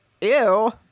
Ew